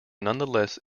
nonetheless